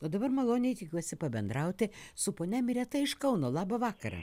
o dabar maloniai tikiuosi pabendrauti su ponia mireta iš kauno labą vakarą